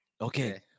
okay